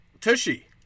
Tushy